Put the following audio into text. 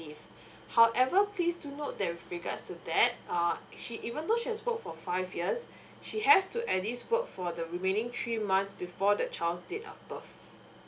however please do note that with regards to that uh she even thou she has worked for five years she has to at least work for the remaining three months before the child's date of birth